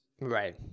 Right